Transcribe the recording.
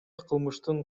кылмыштын